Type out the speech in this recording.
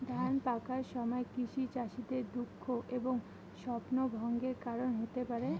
ধান পাকার সময় বৃষ্টি চাষীদের দুঃখ এবং স্বপ্নভঙ্গের কারণ হতে পারে